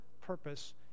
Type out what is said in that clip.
purpose